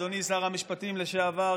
אדוני שר המשפטים לשעבר,